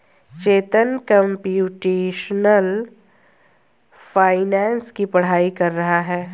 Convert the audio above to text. चेतन computational finance की पढ़ाई कर रहा है